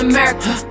America